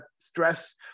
stress